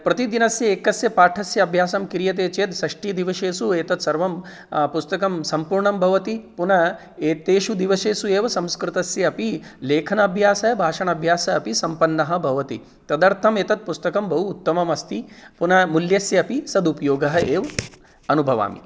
प्रतिदिनस्य एकस्य पाठस्य अभ्यासं क्रियते चेत् षष्टिदिवसेषु एतत् सर्वं पुस्तकं सम्पूर्णं भवति पुनः एतेषु दिवसेषु एव संस्कृतस्य अपि लेखनाभ्यासः भाषणाभ्यासः अपि सम्पन्नः भवति तदर्थम् एतत् पुस्तकं बहु उत्तमम् अस्ति पुनः मूल्यस्य अपि सदुपयोगः एव् अनुभवामि